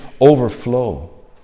overflow